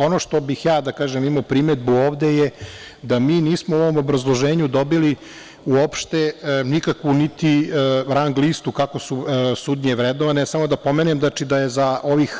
Ono što bih ja imao primedbu ovde je da mi nismo u ovom obrazloženju dobili uopšte nikakvu niti rang listu kako su sudije vrednovane, samo da pomenem da je za ovih